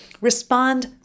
respond